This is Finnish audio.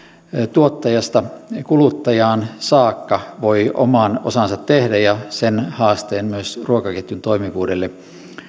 tuottajasta kuluttajaan saakka voi oman osansa tehdä ja sen haasteen myös ruokaketjun toimivuudelle